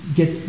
get